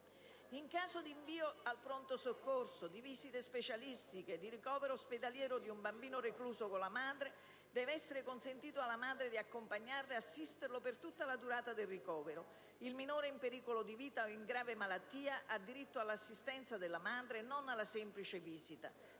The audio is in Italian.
In caso di invio al pronto soccorso, di visite specialistiche, di ricovero ospedaliero di un bambino recluso con la madre, deve essere consentito a quest'ultima di accompagnarlo e assisterlo per tutta la durata del ricovero. Il minore in pericolo di vita o con grave malattia ha diritto all'assistenza della madre e non alla semplice visita.